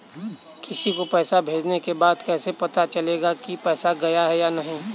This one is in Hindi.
किसी को पैसे भेजने के बाद कैसे पता चलेगा कि पैसे गए या नहीं?